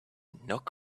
knock